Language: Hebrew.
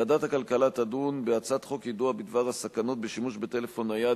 ועדת הכלכלה תדון בהצעת חוק יידוע בדבר הסכנות בשימוש בטלפון נייד,